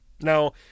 Now